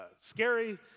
scary